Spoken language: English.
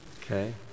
Okay